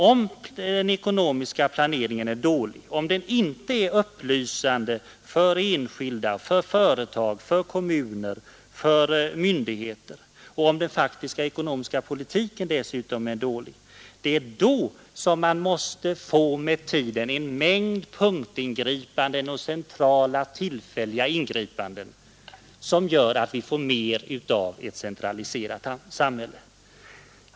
Om den ekonomiska planeringen är dålig, om den inte är upplysande för enskilda, för företag, för kommuner och för myndigheter — och om den viktiga ekonomiska politiken dessutom är dålig så blir det med tiden en mängd punktingripanden och centrala inhopp, som gör att samhället blir mer centraliserat.